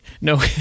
No